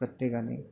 प्रत्येकाने